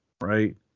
Right